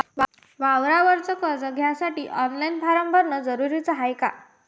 वावराच कर्ज घ्यासाठी ऑनलाईन फारम भरन जरुरीच हाय का?